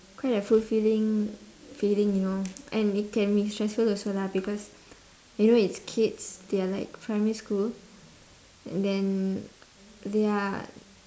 quite a fulfilling feeling you know and it can be stressful also lah because you know it's kids they are like primary school and then they are